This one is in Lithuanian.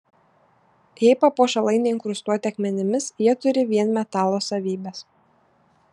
jei papuošalai neinkrustuoti akmenimis jie turi vien metalo savybes